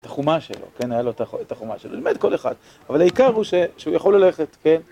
תחומה שלו, כן, היה לו תחומה שלו, לימד כל אחד, אבל העיקר הוא שהוא יכול ללכת, כן.